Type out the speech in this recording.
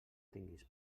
tinguis